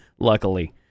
Luckily